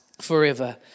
forever